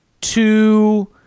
two –